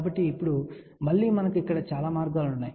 కాబట్టి ఇప్పుడు మళ్ళీ మనకు ఇక్కడ చాలా మార్గాలు ఉన్నాయి